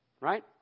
Right